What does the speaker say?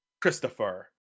Christopher